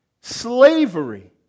slavery